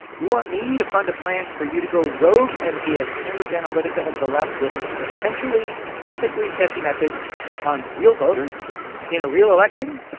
you want me to fund a plan for you to go rogue and be a cambridge analytica of the left with potentially ethically sketchy methods on real voters in a real election,